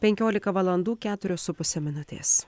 penkiolika valandų keturios su puse minutės